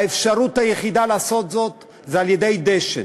האפשרות היחידה לעשות זאת היא על-ידי דשן,